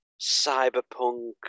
cyberpunk